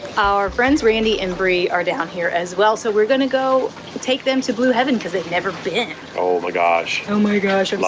our friends randy and bri are down here as well, so we're gonna go take them to blue heaven cause they've never been. oh my gosh. oh my gosh, i'm like